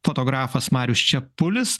fotografas marius čepulis